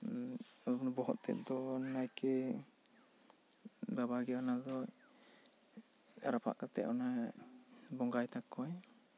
ᱵᱚᱦᱚᱜ ᱛᱮᱫ ᱫᱚ ᱱᱟᱭᱠᱮ ᱵᱟᱵᱟ ᱜᱮ ᱚᱱᱟ ᱫᱚ ᱨᱟᱯᱟᱜ ᱠᱟᱛᱮᱭ ᱚᱱᱟᱭ ᱵᱚᱸᱜᱟᱭ ᱛᱟᱠᱚᱣᱟ